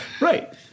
right